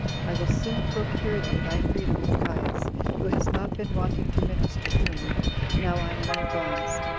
i will soon procure thee thy freedom of caius who has not been wanting to minister to me now i am in bonds,